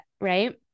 right